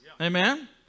Amen